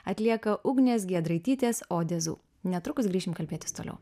atlieka ugnės giedraitytės odezu netrukus grįšim kalbėtis toliau